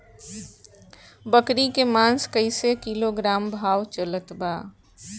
बकरी के मांस कईसे किलोग्राम भाव चलत बा?